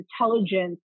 intelligence